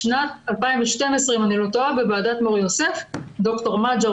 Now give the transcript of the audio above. בשנת 2012 בוועדת מור יוסף ד"ר מג'ר